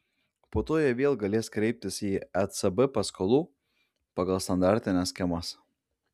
po to jie vėl galės kreiptis į ecb paskolų pagal standartines schemas